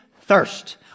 Thirst